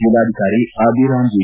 ಜಿಲ್ಲಾಧಿಕಾರಿ ಅಭಿರಾಮ್ ಜಿ